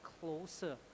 closer